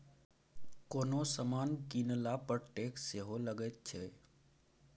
कोनो समान कीनला पर टैक्स सेहो लगैत छै